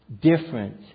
different